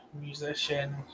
musician